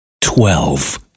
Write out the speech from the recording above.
twelve